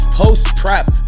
post-prep